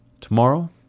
tomorrow